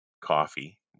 coffee